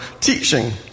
teaching